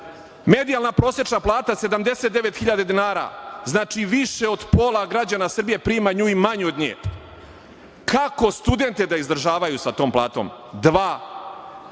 prosečna plata 79.000 dinara. Znači, više od pola građana Srbije prima nju i manju od nje. Kako studente da izdržava sa tom platom